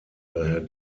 daher